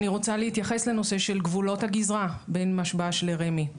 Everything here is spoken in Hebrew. אני רוצה להתייחס לנושא של גבולות הגזרה בין משב"ש לרמ"י.